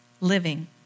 living